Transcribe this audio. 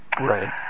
Right